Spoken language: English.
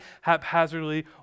haphazardly